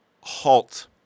halt